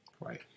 Right